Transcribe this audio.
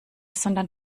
sondern